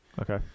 Okay